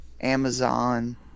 Amazon